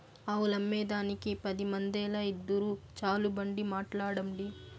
ఆవులమ్మేదానికి పది మందేల, ఇద్దురు చాలు బండి మాట్లాడండి